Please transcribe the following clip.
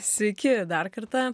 sveiki dar kartą